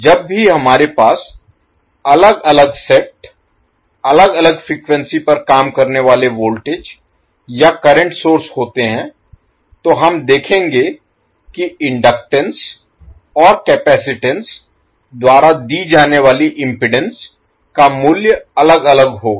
जब भी हमारे पास अलग अलग सेट अलग अलग फ्रीक्वेंसी पर काम करने वाले वोल्टेज या करंट सोर्स होते हैं तो हम देखेंगे कि इनडक्टेन्स और कैपेसिटेंस द्वारा दी जाने वाली इम्पीडेन्स का मूल्य अलग अलग होगा